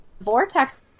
vortex